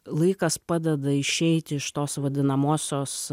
laikas padeda išeiti iš tos vadinamosios